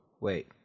wait